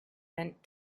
mint